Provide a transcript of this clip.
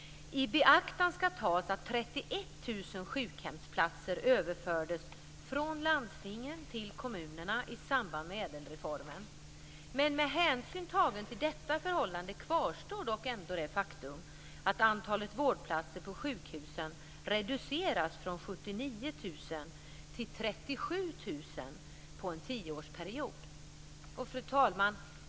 I beaktan skall tas att 31 000 sjukhemsplatser överfördes från landstingen till kommunerna i samband med ädelreformen. Men med hänsyn tagen till detta förhållande kvarstår ändå det faktum att antalet vårdplatser på sjukhusen reducerats från Fru talman!